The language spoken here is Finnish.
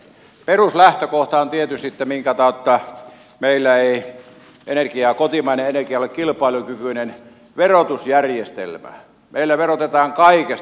peruslähtökohta tietysti minkä kautta meillä ei kotimainen energia ole kilpailukykyinen on verotusjärjestelmä meillä verotetaan kaikesta